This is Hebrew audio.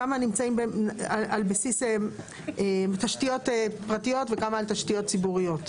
כמה נמצאים על בסיס תשתיות פרטיות וכמה על תשתיות ציבוריות.